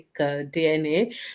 dna